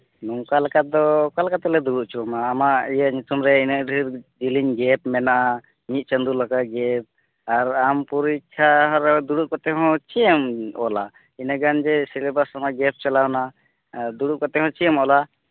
ᱱᱚᱝᱠᱟ ᱞᱮᱠᱟ ᱛᱮᱫᱚ ᱚᱠᱟ ᱞᱮᱠᱟ ᱛᱮᱞᱮ ᱫᱩᱲᱩᱵ ᱦᱚᱪᱚᱣᱟᱢᱟ ᱟᱢᱟᱜ ᱤᱭᱟᱹ ᱧᱩᱛᱩᱢ ᱨᱮ ᱩᱱᱟᱹᱜ ᱰᱷᱮᱨ ᱡᱮᱞᱮᱧ ᱜᱮᱯ ᱢᱮᱱᱟᱜᱼᱟ ᱢᱤᱫ ᱪᱟᱸᱫᱚ ᱞᱮᱠᱟ ᱜᱮᱯ ᱟᱨ ᱟᱢ ᱯᱚᱨᱤᱠᱠᱷᱟ ᱨᱮ ᱫᱩᱲᱩᱵ ᱠᱟᱛᱮ ᱦᱚᱸ ᱪᱮᱫ ᱮᱢ ᱚᱞᱟ ᱩᱱᱟᱹᱜ ᱜᱟᱱ ᱡᱮ ᱥᱤᱞᱮᱵᱟᱥ ᱟᱢᱟᱜ ᱜᱮᱯ ᱪᱟᱞᱟᱣᱮᱱᱟ ᱟᱨ ᱫᱩᱲᱩᱵ ᱠᱟᱛᱮ ᱦᱚᱸ ᱪᱮᱫ ᱮᱢ ᱚᱞᱟ